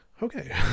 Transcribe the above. okay